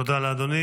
תודה לאדוני.